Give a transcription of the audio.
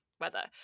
weather